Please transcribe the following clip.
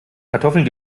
kartoffeln